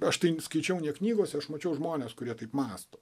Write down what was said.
aš tai skaičiau knygose aš mačiau žmones kurie taip mąsto